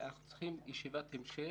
אנחנו צריכים ישיבת המשך,